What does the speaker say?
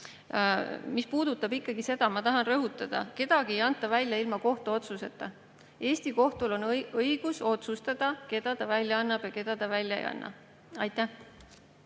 Mis puudutab ikkagi seda [väljaandmist], ma tahan rõhutada: kedagi ei anta välja ilma kohtu otsuseta. Eesti kohtul on õigus otsustada, keda ta välja annab ja keda ta välja ei anna. Aitäh!